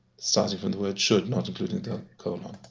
starting from the word should, not including the colon! ah